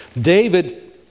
David